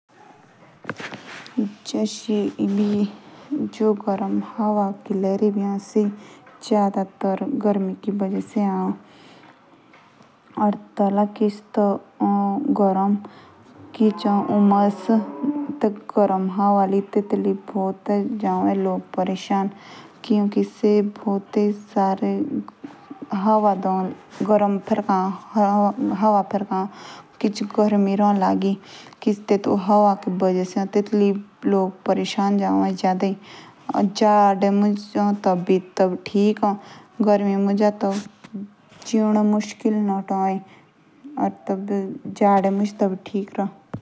जो गरम हवा बी ए एच। से ज्यादा गरमी मुझ आओ। टी किच ए उदबास या किच ए उमास। या तेतली बहुत लोग ह परेशान।